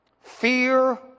fear